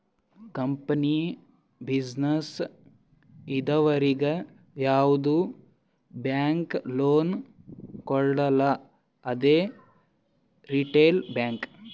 company, business ಇದ್ದವರಿಗ್ ಯಾವ್ದು bank loan ಕೊಡಲ್ಲ ಅದೇ ರಿಟೇಲ್ ಬ್ಯಾಂಕ್